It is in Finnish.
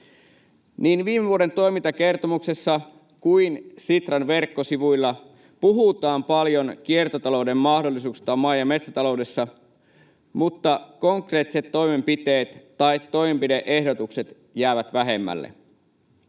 viime vuoden toimintakertomuksessa kuin Sitran verkkosivuilla puhutaan paljon kiertotalouden mahdollisuuksista maa- ja metsätaloudessa mutta konkreettiset toimenpiteet tai toimenpide-ehdotukset jäävät vähemmälle.